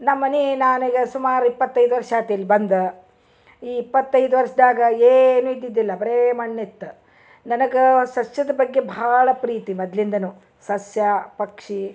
ನಮ್ಮನಿ ನಾನು ಈಗ ಸುಮಾರು ಇಪ್ಪತೈದು ವರ್ಷಾತು ಇಲ್ಲಿ ಬಂದು ಈ ಇಪ್ಪತೈದು ವರ್ಷ್ದಾಗ ಏನು ಇದ್ದಿದಿಲ್ಲ ಬರೇ ಮಣ್ಣಿತ್ತು ನನಗೆ ಸಸ್ಯದ ಬಗ್ಗೆ ಭಾಳ ಪ್ರೀತಿ ಮೊದಲಿಂದನೂ ಸಸ್ಯ ಪಕ್ಷಿ